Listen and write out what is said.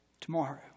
tomorrow